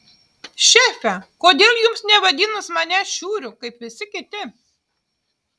šefe kodėl jums nevadinus manęs šiuriu kaip visi kiti